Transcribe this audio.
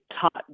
taught